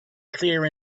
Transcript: clear